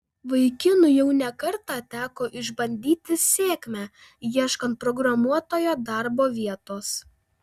vaikinui jau ne kartą teko išbandyti sėkmę ieškant programuotojo darbo vietos